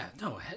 No